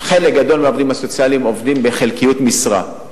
חלק גדול מהעובדים הסוציאליים עובדים בחלקיות משרה,